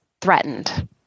threatened